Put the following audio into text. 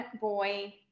boy